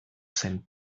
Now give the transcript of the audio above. zen